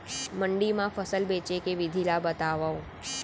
मंडी मा फसल बेचे के विधि ला बतावव?